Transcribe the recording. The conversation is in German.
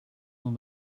nun